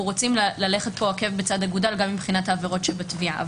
רוצים ללכת כאן עקב בצד אגודל גם מבחינת העבירות שבתביעה.